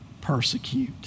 persecute